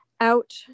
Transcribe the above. out